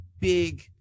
big